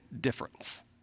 difference